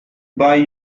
buy